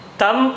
tam